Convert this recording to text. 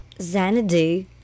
Xanadu